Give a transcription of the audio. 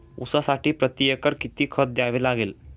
ऊसासाठी प्रतिएकर किती खत द्यावे लागेल?